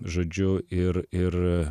žodžiu ir ir